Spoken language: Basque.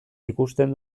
ikusten